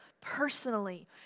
personally